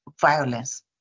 violence